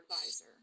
advisor